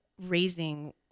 raising